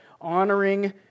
honoring